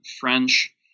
French